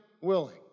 willing